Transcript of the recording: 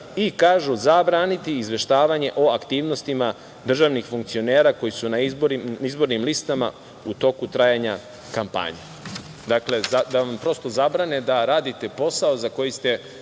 I, kažu, zabraniti izveštavanje o aktivnostima državnih funkcionera koju su na izbornim listama u toku trajanja kampanje. Dakle, da vam prosto zabrane da radite posao za koji ste